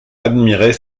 admirer